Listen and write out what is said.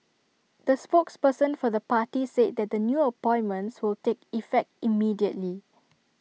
the spokesperson for the party said that the new appointments will take effect immediately